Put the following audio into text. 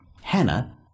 Hannah